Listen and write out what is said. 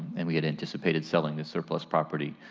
and we had anticipated selling the surplus property,